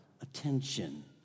attention